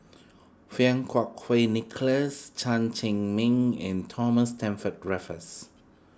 Fang Kuo Kui Nicholas Chen Cheng Mei and Thomas Stamford Raffles